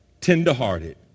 tenderhearted